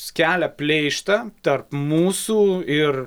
skelia pleištą tarp mūsų ir